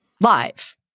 live